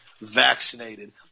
vaccinated